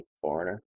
foreigner